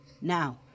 now